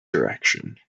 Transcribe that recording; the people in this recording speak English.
direction